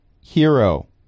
Hero